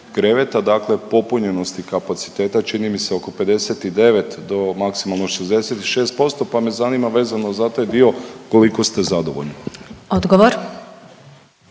kreveta, dakle popunjenosti kapaciteta čini mi se oko 59 do maksimalno 66%, pa me zanima vezano za taj dio koliko ste zadovoljni?